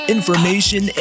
Information